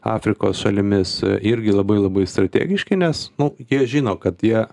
afrikos šalimis irgi labai labai strategiški nes jie žino kad jie